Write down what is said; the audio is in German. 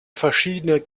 verschiedene